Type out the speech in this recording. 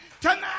tonight